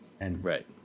Right